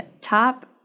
top